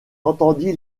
entendit